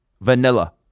vanilla